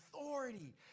authority